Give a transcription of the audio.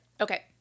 Okay